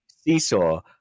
Seesaw